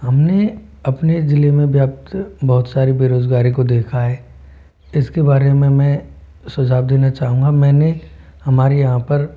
हमने अपने जिले में व्याप्त बहुत सारी बेरोजगारी को देखा है इसके बारे में मैं सुझाव देना चाहूँगा मैंने हमारे यहाँ पर